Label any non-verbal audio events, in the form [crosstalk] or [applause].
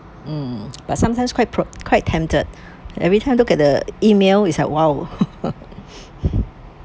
mm but sometimes quite [noise] quite tempted every time look at the email it's like !wow! [laughs]